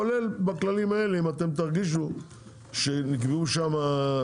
כולל בכללים האלה אם אתם תרגישו שנקבעו שם,